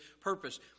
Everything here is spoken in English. purpose